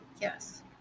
yes